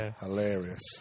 hilarious